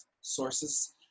sources